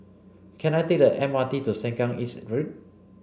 can I take the M R T to Sengkang East Road